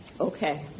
Okay